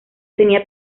tenía